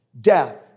death